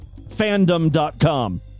Fandom.com